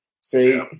See